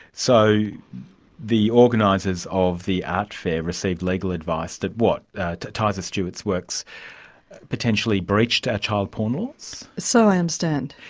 so the organisers of the art fair received legal advice that, what, that tyza stewart's works potentially breached our child porn laws? so i understand.